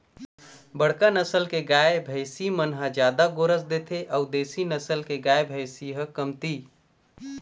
बड़का नसल के गाय, भइसी मन ह जादा गोरस देथे अउ देसी नसल के गाय, भइसी ह कमती